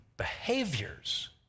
behaviors